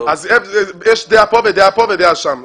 יש דעה פה ודעה פה ודעה שם.